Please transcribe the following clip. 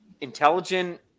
intelligent